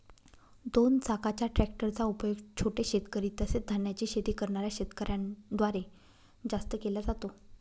दोन चाकाच्या ट्रॅक्टर चा उपयोग छोटे शेतकरी, तसेच धान्याची शेती करणाऱ्या शेतकऱ्यांन द्वारे जास्त केला जातो